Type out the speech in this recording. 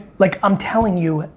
like i'm telling you,